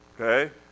Okay